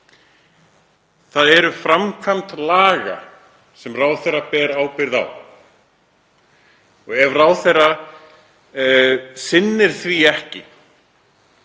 Það er framkvæmd laga sem ráðherra ber ábyrgð á. Ef ráðherra sinnir því ekki